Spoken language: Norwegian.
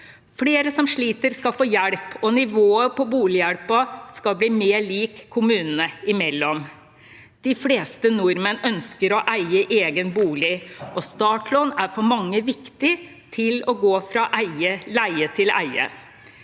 Flere som sliter, skal få hjelp, og nivået på bolighjelpen skal bli mer lik kommunene imellom. De fleste nordmenn ønsker å eie egen bolig, og startlån er for mange viktig for å kunne gå fra leie til eie.